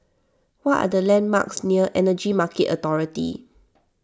what are the landmarks near Energy Market Authority